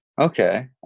Okay